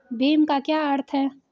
भीम का क्या अर्थ है?